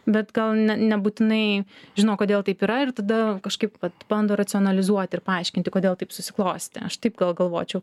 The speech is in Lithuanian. bet gal ne nebūtinai žino kodėl taip yra ir tada kažkaip vat bando racionalizuoti ir paaiškinti kodėl taip susiklostė aš taip gal galvočiau